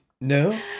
no